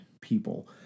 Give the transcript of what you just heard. people